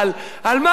למה הוא אחראי?